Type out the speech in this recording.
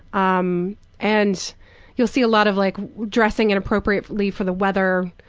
um and you'll see a lot of like dressing inappropriately for the weather,